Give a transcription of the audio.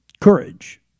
courage